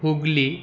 Hooghly